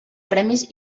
premis